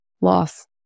loss